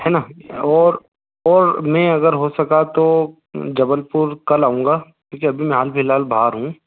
है ना और और मैं अगर हो सका तो जबलपुर कल आऊँगा क्योंकि अभी मैं हाल फिलहाल बाहर हूँ